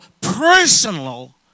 personal